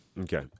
okay